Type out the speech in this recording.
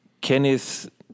Kenneth